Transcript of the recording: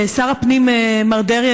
שר הפנים מר דרעי,